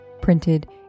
printed